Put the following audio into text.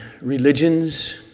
religions